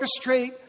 orchestrate